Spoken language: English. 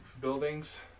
buildings